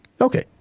Okay